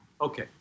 Okay